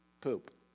poop